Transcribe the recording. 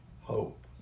hope